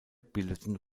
bildeten